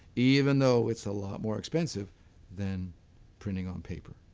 even though it's a lot more expensive than printing on paper,